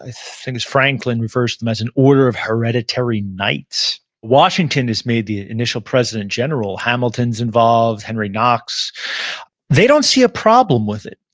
i think franklin refers to them as an order of hereditary knights. washington is made the initial president general. hamilton's involved, henry knox they don't see a problem with it.